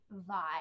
vibe